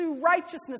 righteousness